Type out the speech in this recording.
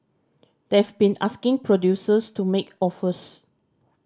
they've been asking producers to make offers